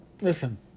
listen